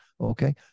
Okay